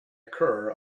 occur